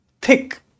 thick